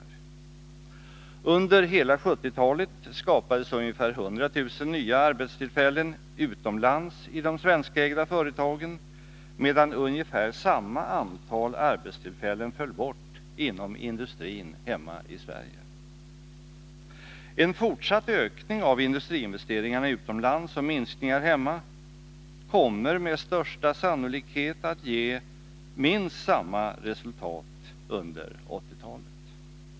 69 Under hela 1970-talet skapades ungefär 100 000 nya arbetstillfällen utomlands i de svenskägda företagen, medan ungefär samma antal arbetstillfällen föll bort inom industrin hemma i Sverige. En fortsatt ökning av industriinvesteringarna utomlands och en minskning här hemma kommer med största sannolikhet att ge minst samma resultat under 1980-talet.